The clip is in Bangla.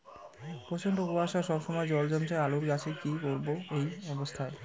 প্রচন্ড কুয়াশা সবসময় জল জমছে আলুর গাছে কি করব এই অবস্থায়?